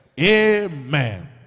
amen